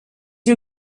you